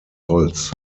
holz